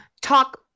talk